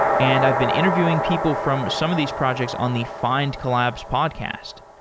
and i've been interviewing people from some of these projects on the findcollabs podcast.